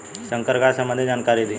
संकर गाय सबंधी जानकारी दी?